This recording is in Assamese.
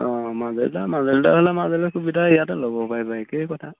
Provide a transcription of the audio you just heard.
অঁ মাজেটা মাজুলীতে হ'লে মাজুলীত সুবিধা ইয়াতে ল'ব পাৰিবা একেই কথা